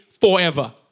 forever